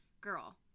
girl